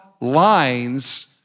lines